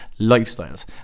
lifestyles